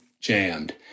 jammed